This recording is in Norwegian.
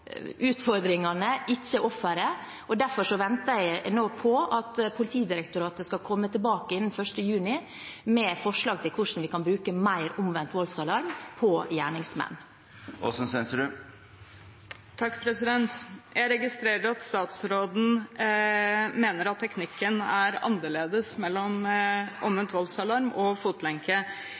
utfordringene, ikke offeret, derfor venter jeg nå på at Politidirektoratet innen 1. juni skal komme tilbake med forslag om hvordan vi i større grad kan bruke omvendt voldsalarm på gjerningsmenn. Maria Aasen-Svensrud – til oppfølgingsspørsmål Jeg registrerer at statsråden mener at teknikken er annerledes ved omvendt voldsalarm enn ved fotlenke.